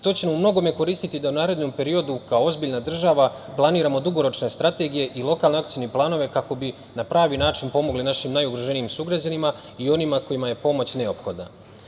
To će u mnogome koristiti da u narednom periodu kao ozbiljna država planiramo dugoročne strategije i lokalne akcione planove, kako bi na pravi način pomogli našim najugroženijim sugrađanima i onima kojima je pomoć neophodna.